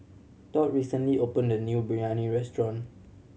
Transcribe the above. Tod recently opened a new Biryani restaurant